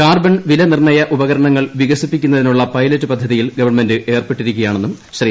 carbon വിലനിർണ്ണയ ഉപകരണങ്ങൾ വികസിപ്പിക്കുന്നതിനുള്ള പൈലറ്റ് പദ്ധതിയിൽ ഗവൺമെങ്ക് ഏർപ്പെട്ടിരിക്കുകയാണെന്നും ശ്രീ